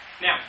Now